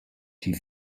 die